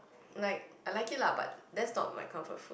like I like it lah but that's not my comfort food